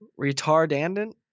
retardant